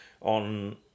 on